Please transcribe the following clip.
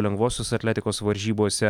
lengvosios atletikos varžybose